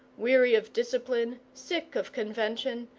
weary of discipline, sick of convention,